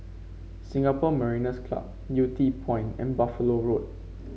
Singapore Mariners' Club Yew Tee Point and Buffalo Road